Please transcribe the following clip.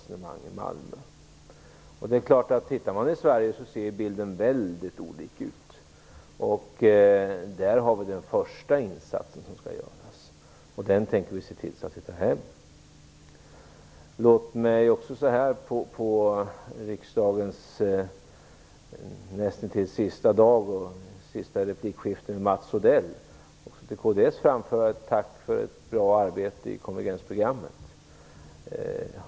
Om man ser sig om i Sverige visar det sig att bilden ser ut på väldigt olika sätt. Det är där som den första insatsen skall göras, och vi tänker se till att klara det. Låt mig på riksdagens näst sista dag och i det sista replikskiftet med Mats Odell också till kds framföra ett tack för ett bra arbete med konvergensprogrammet.